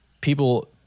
people